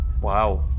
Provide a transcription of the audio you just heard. Wow